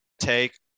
take